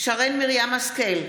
שרן מרים השכל,